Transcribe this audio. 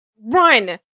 run